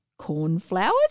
Cornflowers